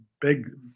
big